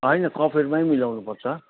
होइन कफेरमा मिलाउनु पर्छ